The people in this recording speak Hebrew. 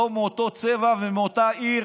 לא מאותו צבע ומאותה עיר